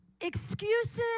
Excuses